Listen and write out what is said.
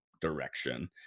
direction